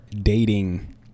dating